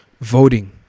voting